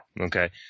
Okay